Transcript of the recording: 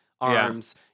arms